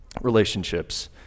relationships